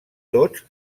tots